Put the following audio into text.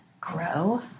grow